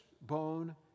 bone